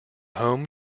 home